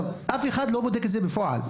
זה דבר שאף אחד לא בודק אותו בפועל,